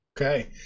okay